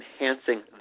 enhancing